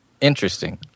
Interesting